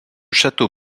château